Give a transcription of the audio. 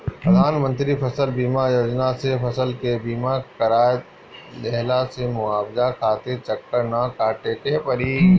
प्रधानमंत्री फसल बीमा योजना से फसल के बीमा कराए लेहला से मुआवजा खातिर चक्कर ना काटे के पड़ी